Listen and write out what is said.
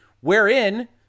wherein